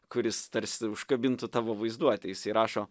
kuris tarsi užkabintų tavo vaizduotę jisai rašo